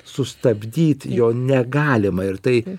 sustabdyt jo negalima ir tai